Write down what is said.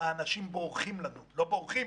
האנשים בורחים לנו לא בורחים,